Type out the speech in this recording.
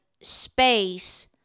space